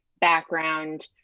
background